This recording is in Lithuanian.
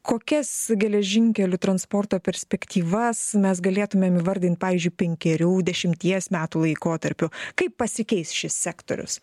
kokias geležinkelių transporto perspektyvas mes galėtumėm įvardint pavyzdžiui penkerių dešimties metų laikotarpiu kaip pasikeis šis sektorius